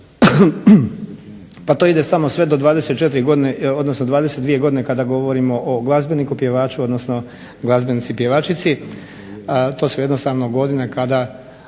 pa to ide tamo sve do 24 godine, odnosno 22 godine kada govorimo o glazbeniku, pjevaču, odnosno glazbenici, pjevačici, to su jednostavno godine kada,